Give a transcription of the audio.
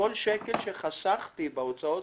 כל שקל שחסכתי בהוצאות